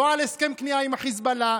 לא על הסכם כניעה עם החיזבאללה,